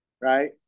right